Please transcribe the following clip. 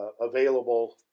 available